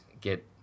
get